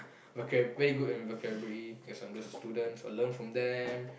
okay very good in vocabulary cause I'm just a student so I learn from them